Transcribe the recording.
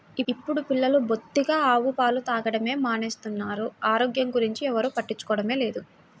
ఇప్పుడు పిల్లలు బొత్తిగా ఆవు పాలు తాగడమే మానేస్తున్నారు, ఆరోగ్యం గురించి ఎవ్వరు పట్టించుకోవడమే లేదు